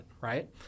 right